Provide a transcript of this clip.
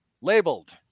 labeled